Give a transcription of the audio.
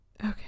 Okay